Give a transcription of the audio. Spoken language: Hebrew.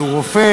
הוא רופא.